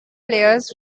players